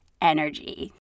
energy